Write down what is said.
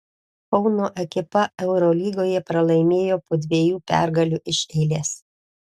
kauno ekipa eurolygoje pralaimėjo po dviejų pergalių iš eilės